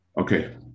Okay